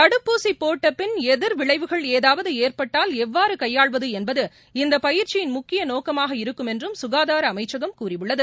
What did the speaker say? தடுப்பூசி போட்ட பின் எதிர் விளைவுகள் ஏதாவது ஏற்பட்டால் எவ்வாறு கையாள்வது என்பது இந்த பயிற்சியின் முக்கிய நோக்கமாக இருக்கும் என்றும் சுகாதார அமைச்சகம் கூறியுள்ளது